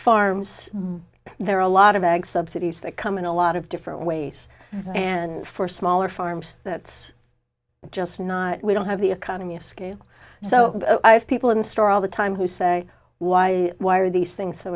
farms there are a lot of ag subsidies that come in a lot of different ways and for smaller farms that's just not we don't have the economy of scale so i have people in store all the time who say why why are these things so